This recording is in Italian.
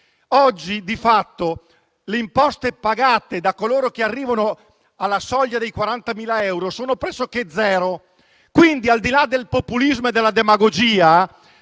oggi di fatto le imposte pagate da coloro che arrivano alla soglia dei 40.000 euro sono pressoché zero. Quindi, al di là del populismo e della demagogia,